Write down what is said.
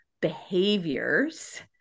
behaviors